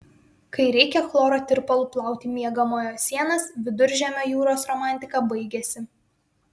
kai reikia chloro tirpalu plauti miegamojo sienas viduržemio jūros romantika baigiasi